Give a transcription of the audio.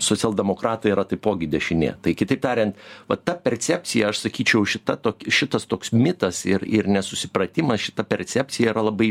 socialdemokratai yra taipogi dešinė tai kitaip tariant va ta percepcija aš sakyčiau šita to šitas toks mitas ir ir nesusipratimas šita percepcija yra labai